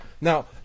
Now